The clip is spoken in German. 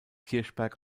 kirchberg